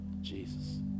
Jesus